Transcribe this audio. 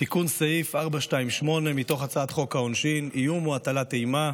תיקון סעיף 428 מתוך הצעת חוק העונשין: "'איום או הטלת אימה'